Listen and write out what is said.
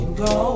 go